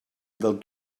del